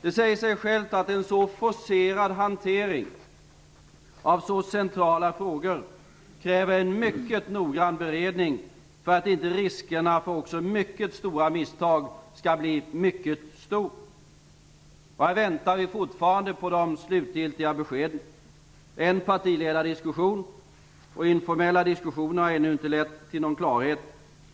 Det säger sig självt att en så forcerad hantering av så centrala frågor kräver en mycket noggrann beredning för att inte risken för också mycket stora misstag skall bli mycket stor. Här väntar vi fortfarande på de slutgiltiga beskeden. En partiledardiskussion och informella diskussioner har ännu inte lett till någon klarhet.